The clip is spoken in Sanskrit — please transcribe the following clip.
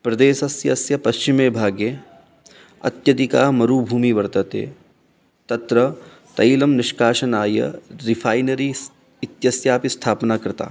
प्रदेशस्य अस्य पश्चिमेभागे अत्यधिका मरुभूमिः वर्तते तत्र तैलं निष्कासनाय रेफ़ैनरि इत्यस्यापि स्थापना कृता